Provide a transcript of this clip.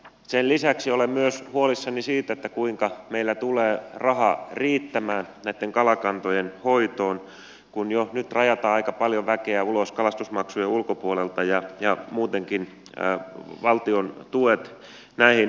sen lisäksi olen myös huolissani siitä kuinka meillä tulee raha riittämään näitten kalakantojen hoitoon kun jo nyt rajataan aika paljon väkeä ulos kalastusmaksujen ulkopuolelta ja muutenkin valtion tuet näihin vähenevät